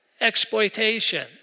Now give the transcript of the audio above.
exploitation